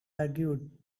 argued